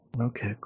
Okay